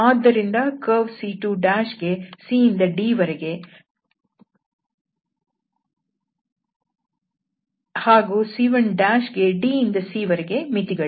ಆದ್ದರಿಂದ curve C2 ಗೆ c ಇಂದ d ವರೆಗೆ ಹಾಗೂ C1' ಗೆ d ಇಂದ c ವರೆಗೆ ಮಿತಿಗಳಿವೆ